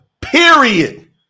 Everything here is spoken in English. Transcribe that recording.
period